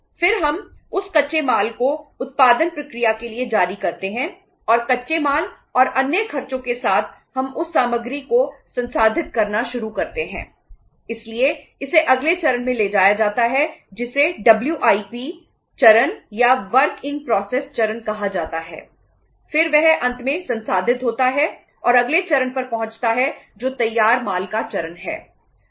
फिर वह अंत में संसाधित होता है और अगले चरण पर पहुंचता है जो तैयार माल का चरण है